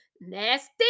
nasty